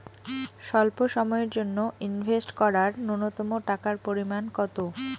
স্বল্প সময়ের জন্য ইনভেস্ট করার নূন্যতম টাকার পরিমাণ কত?